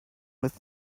with